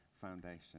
foundation